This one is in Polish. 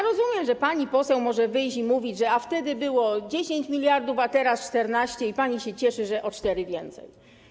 Rozumiem, że pani poseł może wyjść i mówić, że wtedy było 10 mld, a teraz jest 14, i pani się cieszy, że o 4 więcej.